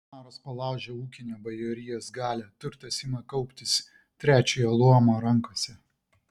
maras palaužia ūkinę bajorijos galią turtas ima kauptis trečiojo luomo rankose